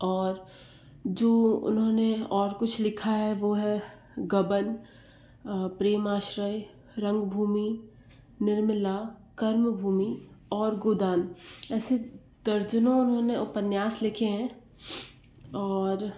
और जो उन्होंने और कुछ लिखा है वो है गबन प्रेमाश्रय रंगभूमि निर्मला कर्मभूमि और गोदान ऐसे दर्जनों उन्होंने उपन्यास लिखे हैं और